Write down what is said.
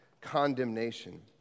condemnation